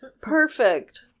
Perfect